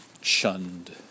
shunned